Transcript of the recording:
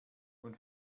nun